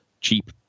cheap